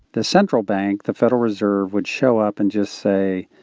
the central bank, the federal reserve, would show up and just say,